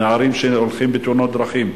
נערים שהולכים בתאונות דרכים,